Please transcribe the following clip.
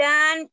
Dan